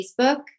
Facebook